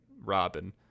Robin